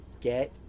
Get